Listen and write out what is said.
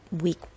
week